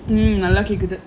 mmhmm lucky good